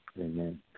Amen